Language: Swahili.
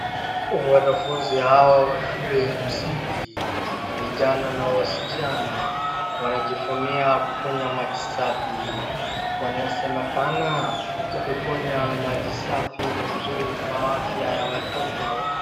Wanafunzi hawa wa shule ya msingi. Vijana na wasichana. Wanajivunia kukunywa maji safi. Wanasemekana ukikunywa maji safi ni mzuri kwa afya ya watoto.